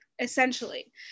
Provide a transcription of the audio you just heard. essentially